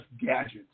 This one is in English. gadgets